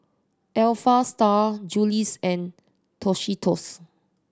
Alpha Style Julie's and Tostitos